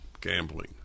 gambling